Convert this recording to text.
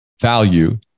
value